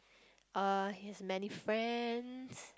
uh he has many friends